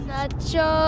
Nacho